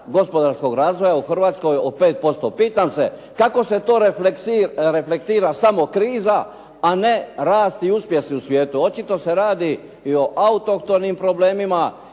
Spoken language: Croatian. gospodarskog razvoja u Hrvatskoj od 5%. Pitam se kako se to reflektira samo kriza, a ne rast i uspjesi u svijetu? Očito se radi i o autohtonim problemima,